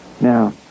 now